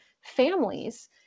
families